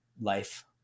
life